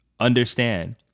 Understand